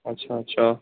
अच्छा अच्छा